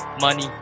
money